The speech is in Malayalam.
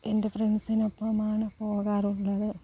എൻ്റെ ഫ്രണ്ട്സിനൊപ്പം ആണ് പോകാറുള്ളത്